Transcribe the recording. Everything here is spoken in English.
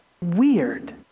weird